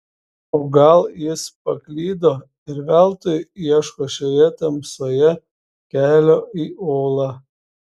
o gal jis paklydo ir veltui ieško šioje tamsoje kelio į olą